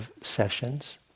sessions